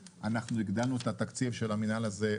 הגדלנו את התקציב של המינהל הזה,